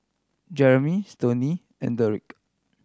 Jeremy Stoney and Dedric